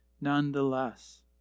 nonetheless